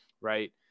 Right